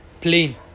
plain